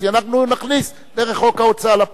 אנחנו נכניס דרך חוק ההוצאה לפועל.